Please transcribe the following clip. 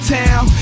town